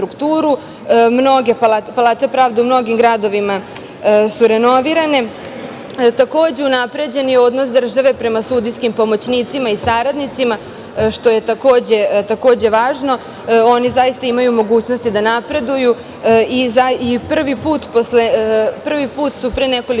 Palate pravde u mnogim gradovima su renovirane. Takođe, unapređen je odnos države prema sudijskim pomoćnicima i saradnicima, što je takođe važno. Oni zaista imaju mogućnosti da napreduju i prvi put su pre nekoliko